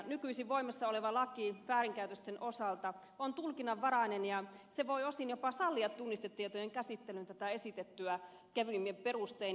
nykyisin voimassa oleva laki väärinkäytösten osalta on tulkinnanvarainen ja se voi osin jopa sallia tunnistetietojen käsittelyn tätä esitettyä kevyemmin perustein